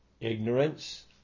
Ignorance